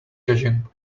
judging